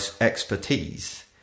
expertise